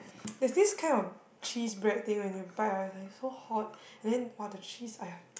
there's this kind of cheese bread thing when you bite right it's like so hot and then !wah! the cheese !aiya!